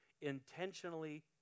intentionally